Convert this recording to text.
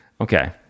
Okay